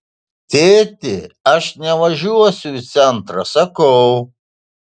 tėti aš nevažiuosiu į centrą sakau